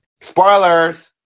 Spoilers